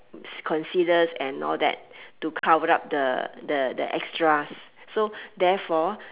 concealers and all that to cover up the the the extras so therefore